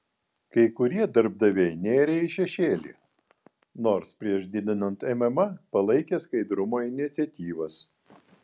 kai kurie darbdaviai nėrė į šešėlį nors prieš didinant mma palaikė skaidrumo iniciatyvas